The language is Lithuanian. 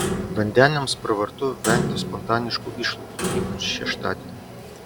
vandeniams pravartu vengti spontaniškų išlaidų ypač šeštadienį